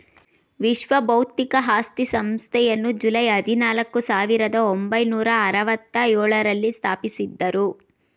ವಿಶ್ವ ಬೌದ್ಧಿಕ ಆಸ್ತಿ ಸಂಸ್ಥೆಯನ್ನು ಜುಲೈ ಹದಿನಾಲ್ಕು, ಸಾವಿರದ ಒಂಬೈನೂರ ಅರವತ್ತ ಎಳುರಲ್ಲಿ ಸ್ಥಾಪಿಸಿದ್ದರು